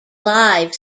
live